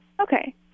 okay